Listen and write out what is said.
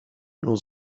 nur